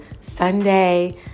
Sunday